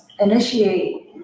initiate